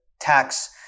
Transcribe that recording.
tax